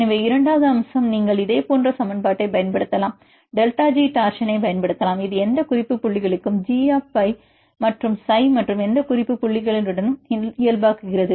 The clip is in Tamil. எனவே இரண்டாவது அம்சம் நீங்கள் இதேபோன்ற சமன்பாட்டைப் பயன்படுத்தலாம் டெல்டா ஜி டோர்ஷனைப் பயன்படுத்தலாம் இது எந்த குறிப்பு புள்ளிகளுக்கும் ஜி ஆப் பை மற்றும் சை மற்றும் எந்த குறிப்பு புள்ளிகளுடன் இயல்பாக்குகிறது